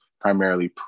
primarily